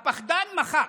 הפחדן מחק.